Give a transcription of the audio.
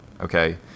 okay